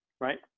Right